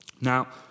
Now